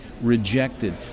rejected